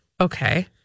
Okay